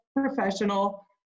professional